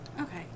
Okay